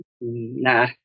Nah